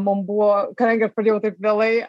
man buvo kadangi aš pradėjau taip vėlai